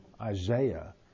Isaiah